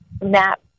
MAP